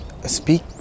speak